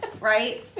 Right